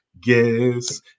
guess